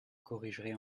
corrigerait